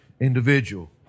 individual